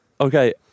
Okay